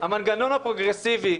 המנגנון הפרוגרסיבי,